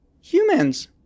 humans